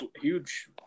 huge